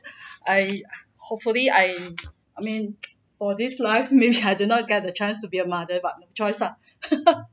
I hopefully I mean for this life maybe I do not get the chance to be a mother but no choice ah